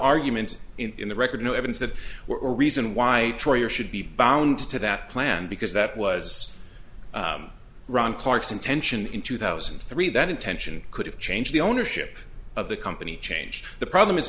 argument in the record no evidence that were reason why troyer should be bound to that plan because that was ron clark's intention in two thousand and three that intension could have changed the ownership of the company changed the problem is